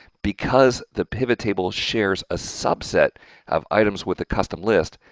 because the pivot table shares a subset of items with a custom list,